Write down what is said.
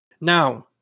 Now